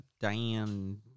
Diane